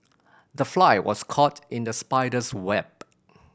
the fly was caught in the spider's web